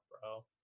bro